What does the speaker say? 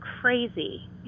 crazy